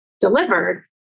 delivered